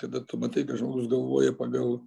kada tu matai kad žmogus galvoja pagal